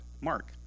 mark